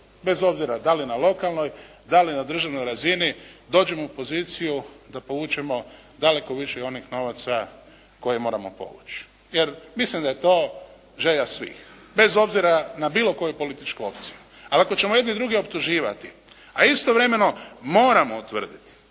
bez obzira da li na lokalnoj, da li na državnoj razini dođemo u poziciju da povučemo daleko više onih novaca koje moramo povući, jer mislim da je to želja svih bez obzira na bilo koju političku opciju. Ali ako ćemo jedni druge optuživati, a istovremeno moramo utvrditi